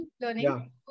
learning